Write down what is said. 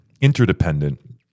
interdependent